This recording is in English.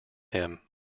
him